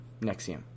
Nexium